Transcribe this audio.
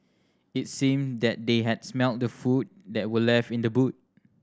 it seemed that they had smelt the food that were left in the boot